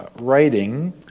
writing